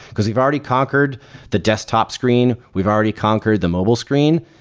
because we've already conquered the desktop screen. we've already conquered the mobile screen.